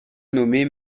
nommée